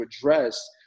address